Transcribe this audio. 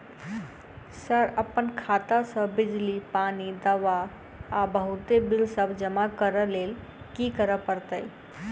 Sir अप्पन खाता सऽ बिजली, पानि, दवा आ बहुते बिल सब जमा करऽ लैल की करऽ परतै?